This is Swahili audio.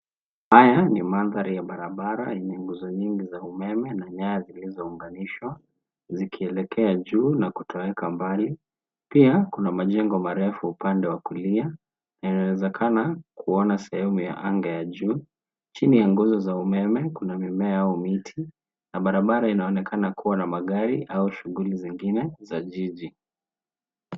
Haya ni mandhari ya barabara yenye nguzo nyingi za umeme na nyaya zilizounganishwa zikielekea juu na kutoweka mbali. Pia, kuna majengo marefu upande wa kulia yanawezekana kuona sehemu ya anga ya juu. Chini ya nguzo za umeme kuna mimea au miti na barabara inaonekana kuwa na magari au shughuli zingine za jiji.